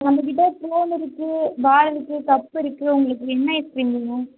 நம்ப கிட்ட கோன் இருக்கு பார் இருக்கு கப்பு இருக்கு உங்களுக்கு என்ன ஐஸ்கிரீம் வேணும்